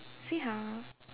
see how